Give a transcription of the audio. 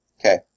Okay